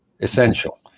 essential